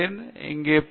நான் இங்கே என் பி